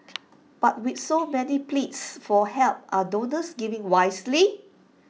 but with so many pleas for help are donors giving wisely